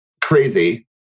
crazy